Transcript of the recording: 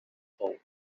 fall